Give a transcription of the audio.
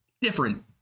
different